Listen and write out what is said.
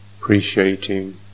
appreciating